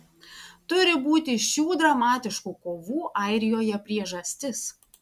turi būti šių dramatiškų kovų airijoje priežastis